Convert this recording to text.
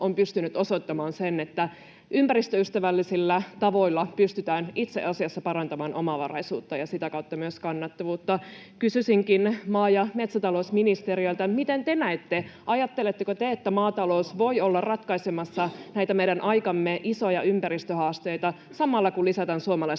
on pystynyt osoittamaan sen, että ympäristöystävällisillä tavoilla pystytään itse asiassa parantamaan omavaraisuutta ja sitä kautta myös kannattavuutta. Kysyisinkin maa- ja metsätalousministeriltä, miten te näette: ajatteletteko te, että maatalous voi olla ratkaisemassa näitä meidän aikamme isoja ympäristöhaasteita samalla, kun lisätään suomalaista